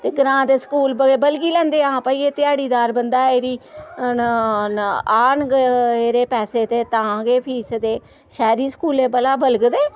ते ग्रां दे स्कूल बल बलगी लैंदे हां भाई एह् ध्याड़ीदार बंदा ऐ एह्दी आनगे एह्दे पैसे ते तां गै फीस देग शैह्री स्कूलें भला बलगदे